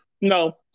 No